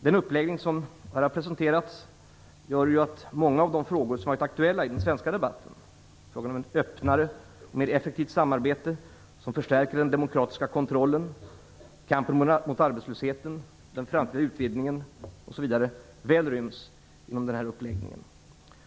Den uppläggning som här har presenterats gör att många av de frågor som har varit aktuella i den svenska debatten - frågan om ett öppnare och mer effektivt samarbete som förstärker den demokratiska kontrollen, kampen mot arbetslösheten, den framtida utvidgningen osv. - väl ryms inom denna uppläggning.